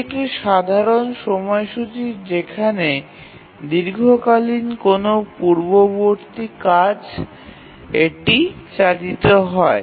এটি একটি সাধারণ সময়সূচী যেখানে দীর্ঘকালীন কোনও পূর্ববর্তী কাজ এটি চালিত হয়